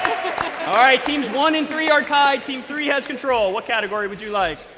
ah team's one and three are tied, team three has control. what category would you like?